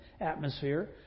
atmosphere